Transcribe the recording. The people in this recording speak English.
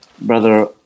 Brother